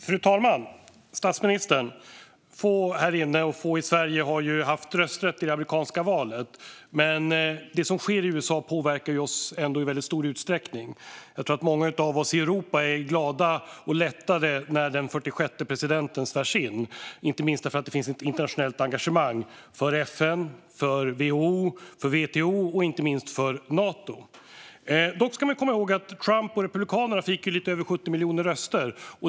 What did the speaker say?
Fru talman och statsministern! Få här inne och få i Sverige har haft rösträtt i det amerikanska valet. Men det som sker i USA påverkar oss ändå i mycket stor utsträckning. Jag tror att många av oss i Europa kommer att vara glada och lättade när den 46:e presidenten svärs in, inte minst därför att det finns ett internationellt engagemang för FN, för WHO, för WTO och inte minst för Nato. Dock ska man komma ihåg att Trump och republikanerna fick lite över 70 miljoner röster.